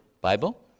Bible